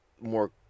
more